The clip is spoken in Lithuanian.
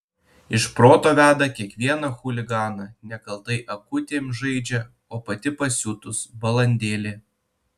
iš proto veda kiekvieną chuliganą nekaltai akutėm žaidžia o pati pasiutus balandėlė